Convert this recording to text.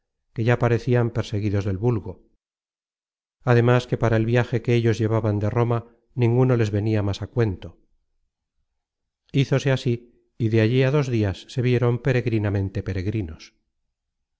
que ya parecian perseguidos del vulgo ademas que para el viaje que ellos llevaban de roma ninguno les venia más á cuento hizose así y de allí á dos dias se vieron peregrinamente peregrinos